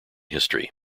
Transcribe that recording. history